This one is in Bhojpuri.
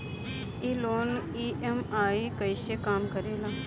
ई लोन ई.एम.आई कईसे काम करेला?